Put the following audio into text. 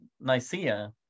nicaea